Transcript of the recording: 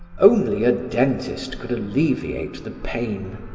only a dentist could alleviate the pain.